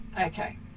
Okay